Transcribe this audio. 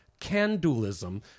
candulism